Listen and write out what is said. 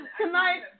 tonight